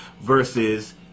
versus